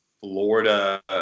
Florida